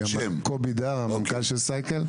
קובי דר, המנכ"ל של סייקל.